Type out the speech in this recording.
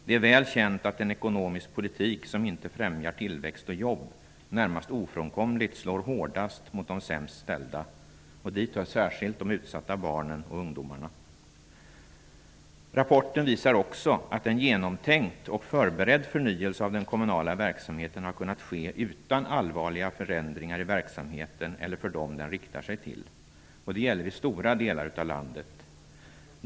Det är väl känt att en ekonomisk politik som inte främjar tillväxt och jobb närmast ofrånkomligt slår hårdast mot de sämst ställda. Dit hör särskilt de utsatta barnen och ungdomarna. Rapporten visar också att en genomtänkt och förberedd förnyelse av den kommunala verksamheten har kunnat ske utan allvarliga förändringar i verksamheten eller för dem som den riktar sig till. Det gäller i stora delar av landet.